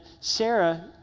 Sarah